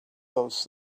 those